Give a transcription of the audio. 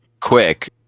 quick